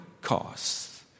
costs